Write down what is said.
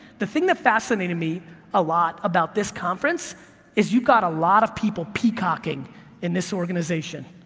the thing that fascinated me a lot about this conference is you've got a lot of people peacocking in this organization,